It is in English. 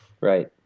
Right